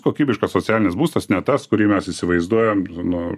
kokybiškas socialinis būstas ne tas kurį mes įsivaizduojam nu